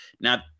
Now